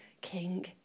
King